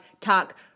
talk